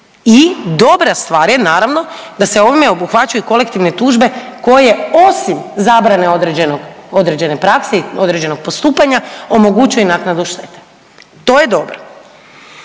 i dobra stvar je naravno da se ovime obuhvaćaju kolektivne tužbe koje osim zabrane određene prakse, određenog postupanja omogućuje i naknadu štete. To je dobro.